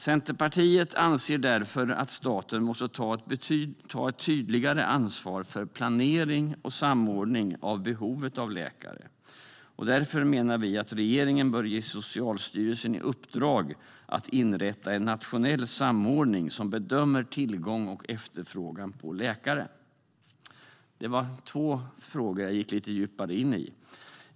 Centerpartiet anser därför att staten måste ta ett tydligare ansvar för planering och samordning beträffande behovet av läkare. Därför menar vi att regeringen bör ge Socialstyrelsen i uppdrag att inrätta en nationell samordning som bedömer tillgång och efterfrågan på läkare. Dessa två frågor har jag gått in i lite djupare.